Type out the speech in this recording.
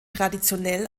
traditionell